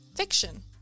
fiction